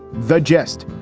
the gist,